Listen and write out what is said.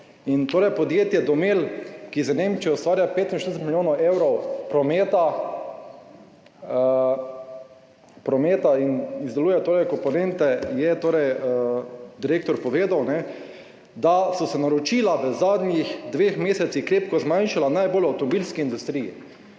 preberem. Podjetje DOMEL, ki z Nemčijo ustvarja 45 milijonov evrov prometa in izdeluje komponente, direktor je povedal, da so se naročila v zadnjih dveh mesecih krepko zmanjšala najbolj v avtomobilski industriji,